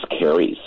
carries